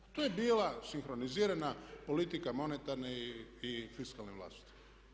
Pa to je bila sinhronizirana politika monetarne i fiskalne vlasti.